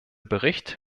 bericht